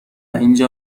اینجا